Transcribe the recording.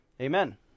amen